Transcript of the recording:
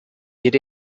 get